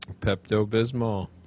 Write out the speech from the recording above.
Pepto-Bismol